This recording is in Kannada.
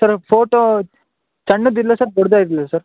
ಸರ್ ಫೋಟೋ ಸಣ್ಣದಿರಲಾ ಸರ್ ದೊಡ್ಡದೇ ಇರಲಾ ಸರ್